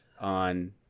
on